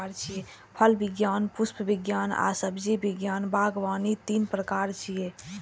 फल विज्ञान, पुष्प विज्ञान आ सब्जी विज्ञान बागवानी तीन प्रकार छियै